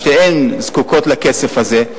ושתיהן זקוקות לכסף הזה,